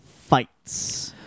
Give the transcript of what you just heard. fights